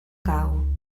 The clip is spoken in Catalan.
cau